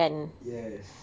yes